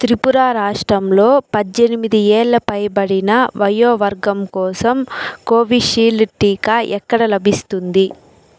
త్రిపుర రాష్ట్రంలో పజ్జేనిమిది ఏళ్ళు పైబడిన వయో వర్గం కోసం కోవిషీల్డ్ టీకా ఎక్కడ లభిస్తుంది